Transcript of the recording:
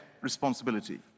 responsibility